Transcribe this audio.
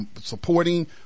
supporting